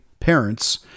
Parents